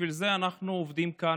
בשביל זה אנחנו עובדים כאן,